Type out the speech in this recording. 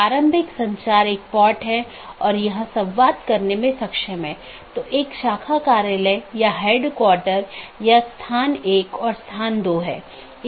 सबसे अच्छा पथ प्रत्येक संभव मार्गों के डोमेन की संख्या की तुलना करके प्राप्त किया जाता है